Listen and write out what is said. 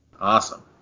Awesome